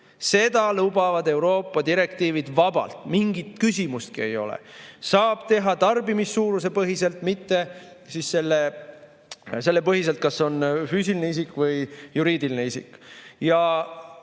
Seda lubavad Euroopa direktiivid vabalt, mingit küsimustki ei ole. Saab teha tarbimise suuruse põhiselt, mitte selle põhiselt, kas on füüsiline isik või juriidiline isik.